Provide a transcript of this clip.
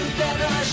better